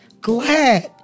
glad